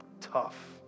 tough